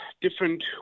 different